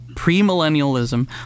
Pre-Millennialism